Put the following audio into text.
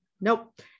Nope